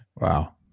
Wow